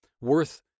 worth